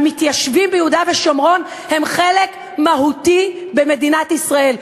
המתיישבים ביהודה ושומרון הם חלק מהותי במדינת ישראל,